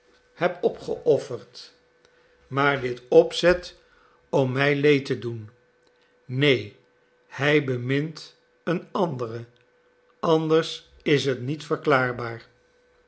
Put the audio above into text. heb opgeofferd maar dit opzet om mij leed te doen neen hij bemint eene andere anders is het niet